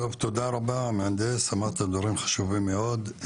תודה רבה, המהנדס, אמרת דברים חשובים מאוד.